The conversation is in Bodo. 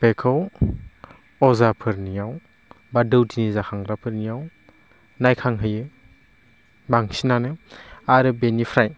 बेखौ अजाफोरनियाव बा दौदिनि जाखांग्राफोरनियाव नायखांहैयो बांसिनानो आरो बेनिफ्राय